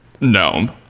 gnome